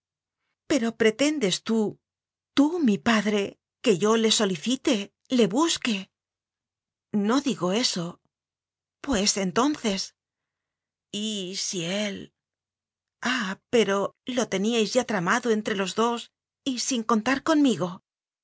pero pretendes tú tú mi padre que yo le solicite le busque no digo eso pues entonces y si él ah pero lo teníais ya tramado entre los dos y sin contar conmigo